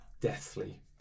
deathly